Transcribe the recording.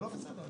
הלאה.